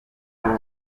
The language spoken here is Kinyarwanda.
abo